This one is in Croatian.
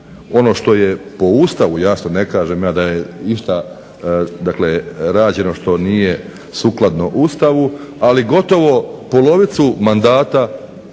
ono što je po Ustavu, jasno ne kažem ja da je išta, dakle rađeno što nije sukladno Ustavu ali gotovo polovicu mandata